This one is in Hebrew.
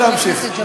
תן להמשיך.